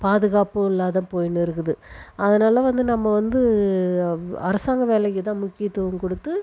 பாதுகாப்பும் இல்லாத போயின்னுருக்குது அதனால் வந்து நம்ம வந்து அரசாங்க வேலைக்கு தான் முக்கியத்துவம் கொடுத்து